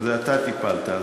השר פרי, בזה אתה טיפלת.